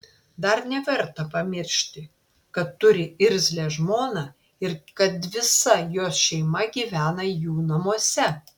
dar neverta pamiršti kad turi irzlią žmoną ir kad visa jos šeima gyvena jų namuose